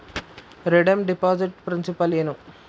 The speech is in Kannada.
ರೆಡೇಮ್ ಡೆಪಾಸಿಟ್ ಪ್ರಿನ್ಸಿಪಾಲ ಏನು